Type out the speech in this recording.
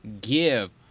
give